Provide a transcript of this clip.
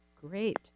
great